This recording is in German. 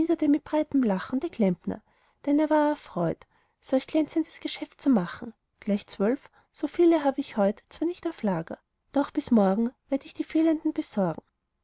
mit breitem lachen der klempner denn er war erfreut solch glänzendes geschäft zu machen gleich zwölf so viele hab ich heut zwar nicht auf lager doch bis morgen werd ich die fehlenden besorgen